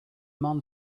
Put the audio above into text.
men